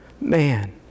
man